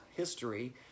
history